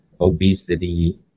obesity